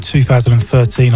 2013